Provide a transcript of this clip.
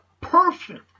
perfect